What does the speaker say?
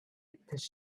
because